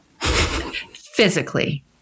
Physically